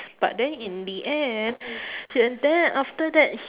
but then in the end and then after that h~